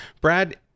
Brad